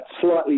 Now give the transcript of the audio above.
slightly